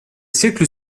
siècle